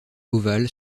ovale